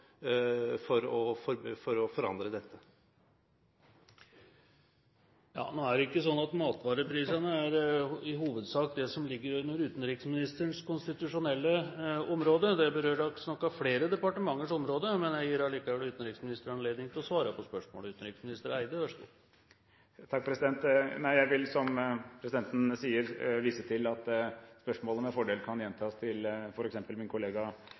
har noen strategi for å forandre dette? Nå er det ikke sånn at matvareprisene i hovedsak er det som ligger under utenriksministerens konstitusjonelle område, det berøres nok av flere departementers område, men jeg gir allikevel utenriksministeren anledning til å svare på spørsmålet. Jeg vil, som presidenten sier, vise til at spørsmålet med fordel kan gjentas til f.eks. min kollega